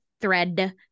thread